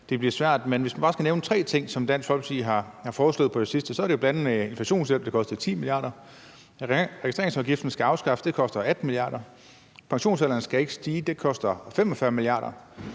det bliver svært. Men hvis man bare skal nævne tre ting, som Dansk Folkeparti har foreslået på det sidste, er det bl.a. inflationshjælp, der kostede 10 mia. kr. Registreringsafgiften skal afskaffes; det koster 18 mia. kr. Pensionsalderen skal ikke stige; det koster 45 mia. kr.